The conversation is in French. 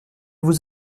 vous